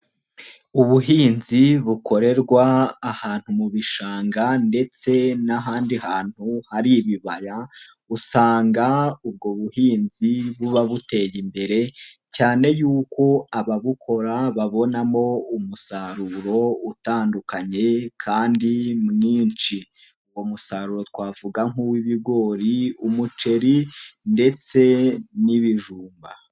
Ubuhinzi bukorerwa ahantu mu bishanga ndetse n'ahandi hantu hari ibibaya, usanga ubwo buhinzi buba butera imbere cyane yuko ababukora babonamo umusaruro utandukanye kandi mwinshi, uwo musaruro twavuga nk'uw'ibigori, umuceri ndetse n'ibijumba.